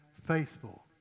faithful